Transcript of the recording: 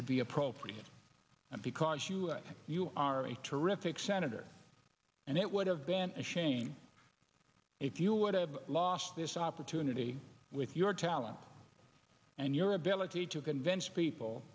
be appropriate because you think you are a terrific senator and it would have been a shame if you would have lost this opportunity with your talent and your ability to convince people